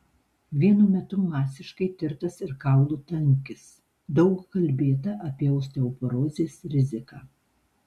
vienu metu masiškai tirtas ir kaulų tankis daug kalbėta apie osteoporozės riziką